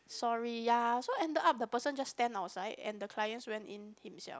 sorry ya so ended up the person just stand outside and the clients went in himself